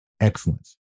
excellence